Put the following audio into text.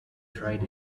tried